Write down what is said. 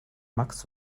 max